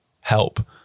help